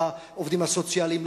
לא העובדים הסוציאליים,